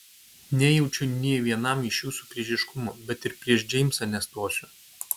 nejaučiu nė vienam iš jūsų priešiškumo bet ir prieš džeimsą nestosiu